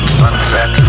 sunset